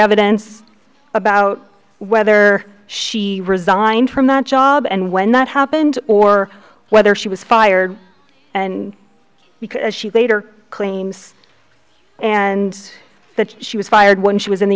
evidence about whether she resigned from that job and when that happened or whether she was fired and because she later claims and that she was fired when she was in the